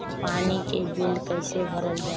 पानी के बिल कैसे भरल जाइ?